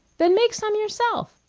then make some yourself.